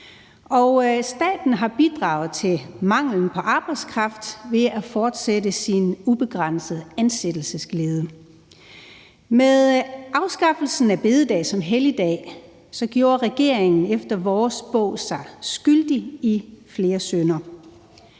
Staten har bidraget til manglen på arbejdskraft ved at fortsætte sin ubegrænsede ansættelsesglæde. Med afskaffelsen af store bededag som helligdag gjorde regeringen i vores bog sig skyldig i flere synder.